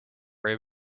worry